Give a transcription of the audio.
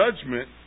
judgment